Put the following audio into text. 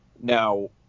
Now